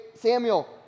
Samuel